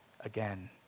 again